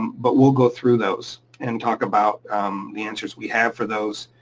but we'll go through those and talk about the answers we have for those.